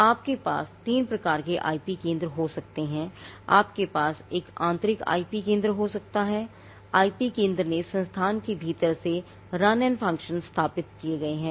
आपके पास तीन प्रकार के आईपी केंद्र हो सकते हैं आपके पास एक आंतरिक आईपी केंद्र हो सकता है आईपी केंद्र ने संस्थान के भीतर से रन और फ़ंक्शन स्थापित किए हैं